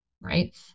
right